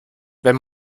wenn